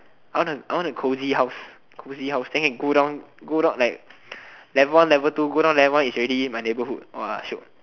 I want a I want a cozy house cozy house then can go down go down like level one level two go down level one is already my neighbourhood !wah! shiok